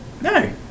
No